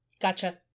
Gotcha